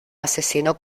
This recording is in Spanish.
asesino